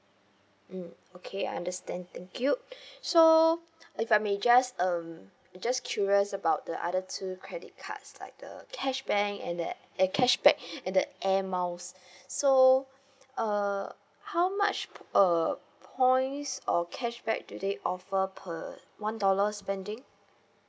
mm okay I understand thank you so if I may just um just curious about the other two credit cards like the cash bank and that uh cashback and the air miles so uh how much uh points or cashback do they offer per one dollar spending